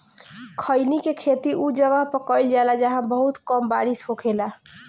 खईनी के खेती उ जगह पर कईल जाला जाहां बहुत कम बारिश होखेला